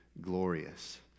glorious